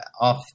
off